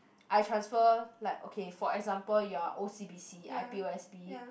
I transfer like okay for example you are O_C_B_C I P_O_S_B